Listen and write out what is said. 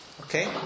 Okay